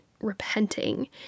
repenting